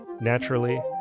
Naturally